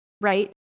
right